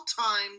time